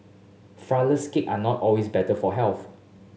flourless cake are not always better for health